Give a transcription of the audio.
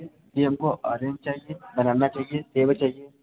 जी हम को ऑरेंज चाहिए बनाना चाहिए सेव चाहिए